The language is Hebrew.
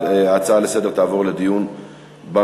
1. ההצעה לסדר תעבור לדיון במליאה.